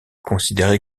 considérée